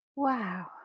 Wow